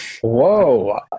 Whoa